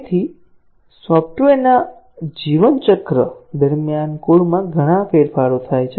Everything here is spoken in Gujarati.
તેથી સોફ્ટવેરના જીવન ચક્ર દરમ્યાન કોડમાં ઘણા બધા ફેરફારો થાય છે